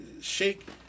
shake